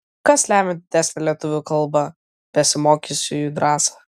kas lemią didesnę lietuvių kalba besimokiusiųjų drąsą